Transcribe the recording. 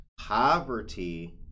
poverty